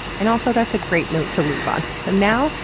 and also, that's a great note to leave on. so now,